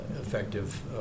effective